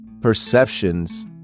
perceptions